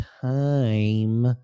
time